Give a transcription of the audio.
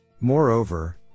Moreover